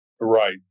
Right